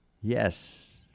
yes